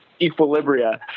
equilibria